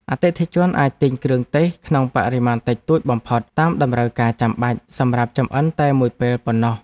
អតិថិជនអាចទិញគ្រឿងទេសក្នុងបរិមាណតិចតួចបំផុតតាមតម្រូវការចាំបាច់សម្រាប់ចម្អិនតែមួយពេលប៉ុណ្ណោះ។